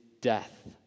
death